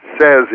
says